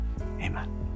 amen